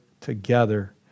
together